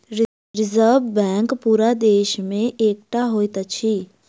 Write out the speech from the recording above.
reserve bank पूरा देश मे एकै टा होइत अछि